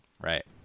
Right